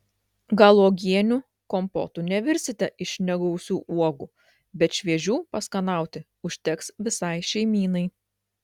gal uogienių kompotų nevirsite iš negausių uogų bet šviežių paskanauti užteks visai šeimynai